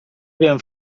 wiem